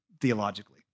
theologically